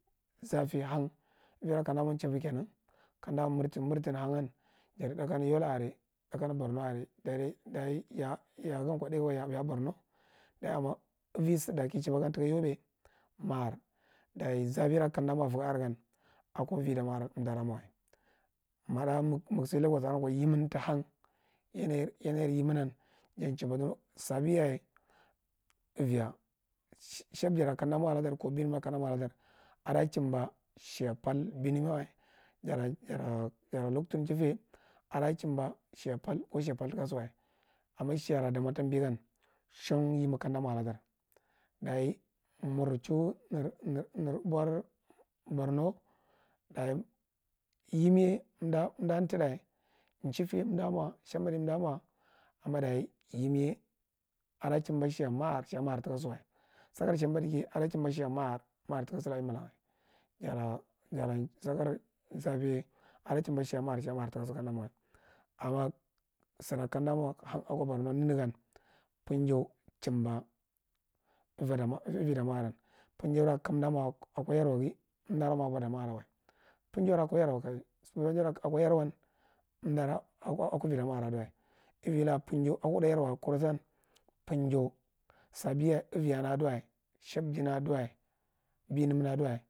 Zafi hang, ma anuuira kamda mwa nchifd kanan, kanda mwa marfa, madrtan hang an jada ɗakan yola are ɗakana borno ake, dare ɗaiyan ya- ya- akwa ya borno. Dayi amma ava saɗa gara ka chiba gan tak yohe. Maaɗ, dayi zafi ra kamda mwa akwa vaga are gan akwa damwa aran amda da mwa wa. Maɗa mig so lagos aran kwa yimin ta hang, yanayi yanatir yandnan jan chimba danawa, sabiyaye aviga sh- shiyabjira kamda mwa ladar ko binim ra kamda mwa ladar ada chimba shiya pal banam ye wa, jara jara jara loktu nchifa ye ada chimba shiya pal ko shiya pal ko shyapal taka suwa? Amma shigara damwa ta mbi gan shang yimi kamda mwa ladar. Dayi mur- chu nir- nir- nir abwar borno, dayi yami ye amda amda ntadā, nchita ye mwa. Amma dayi yimi ada chimba sjiya maar, shiya maar taka su wa sakar shambaɗu ne ada chimba shiga maar, maar taka sakka amla wa. Jara jara sakar zafi ye ada chimba shiga maar, maar takamda ma wa. Amma sara kamda mwa akwa borno nanagan panjan chimba avi damwa avi damwa ran panjam ra kamda mava akwa yara ga amda da mwa akwa avi damwa aran wa. Panjam ra akwa yarwa akwa avi damwa are aduwa auala akwa hua yarwa ga kurussan panjam, sabiyaye aviyan ada binim na auwa.